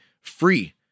free